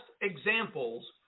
examples